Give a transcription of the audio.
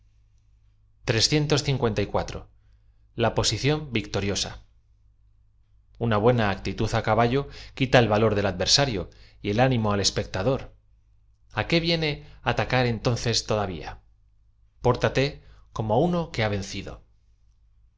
a posicián victoriosa una buena actitud á caballo quita e l v a lo r a l ad versarlo y el ánimo a l espectador á qué viene ata car eatoqces todavía pórtate como ubo q u e ha cido